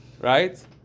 right